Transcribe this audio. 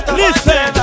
listen